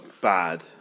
bad